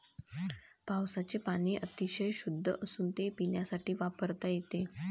पावसाचे पाणी अतिशय शुद्ध असून ते पिण्यासाठी वापरता येते